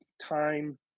time